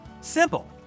Simple